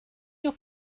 your